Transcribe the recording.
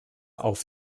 auf